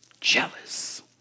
jealous